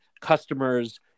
customers